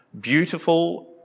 beautiful